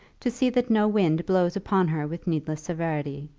to see that no wind blows upon her with needless severity,